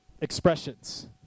expressions